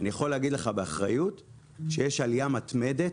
אני יכול להגיד לך באחריות שיש עלייה מתמדת